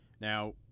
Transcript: Now